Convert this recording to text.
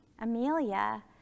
Amelia